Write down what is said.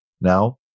Now